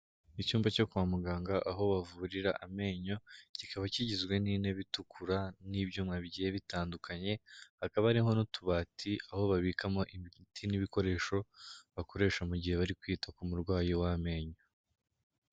Icyumba cyo kwa muganga aho bavurira amenyo, kikaba kigizwe n'intebe itukura n'ibyuma bigiye bitandukanye hakaba ariho n'utubati aho babikamo imiti n'ibikoresho bakoresha mu gihe bari kwita ku murwayi w'amenyo.